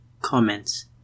Comments